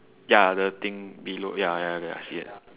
ya the thing below ya ya ya I see it